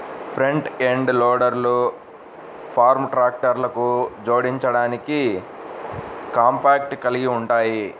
front end లోడర్లు farm ట్రాక్టర్లకు జోడించడానికి కాంపాక్ట్ కలిగి ఉంటాయి